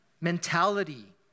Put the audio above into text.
mentality